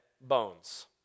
bones